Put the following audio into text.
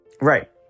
Right